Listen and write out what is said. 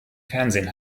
fernsehen